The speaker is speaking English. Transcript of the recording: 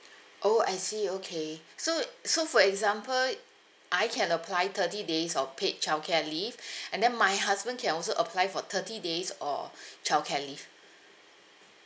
oh I see okay so so for example I can apply thirty days of paid childcare leave and then my husband can also apply for thirty days or childcare leave